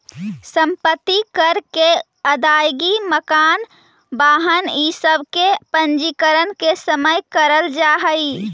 सम्पत्ति कर के अदायगी मकान, वाहन इ सब के पंजीकरण के समय करल जाऽ हई